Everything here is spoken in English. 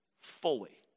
fully